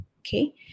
okay